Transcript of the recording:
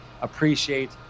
appreciate